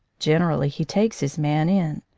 generally he takes his man in.